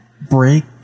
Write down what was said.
Break